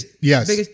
Yes